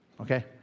Okay